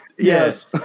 Yes